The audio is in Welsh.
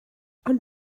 ond